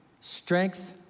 Strength